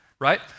right